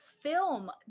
film